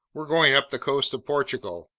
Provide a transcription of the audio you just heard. we're going up the coast of portugal.